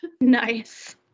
Nice